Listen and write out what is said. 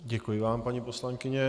Děkuji vám, paní poslankyně.